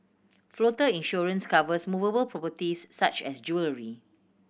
floater insurance covers movable properties such as jewellery